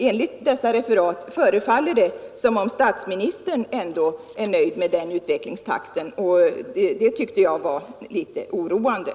Enligt referat därifrån förefaller det som om statsministern ändå är nöjd med den utvecklingstakten, och det tyckte jag var litet oroande.